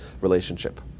relationship